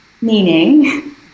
Meaning